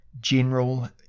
general